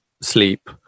sleep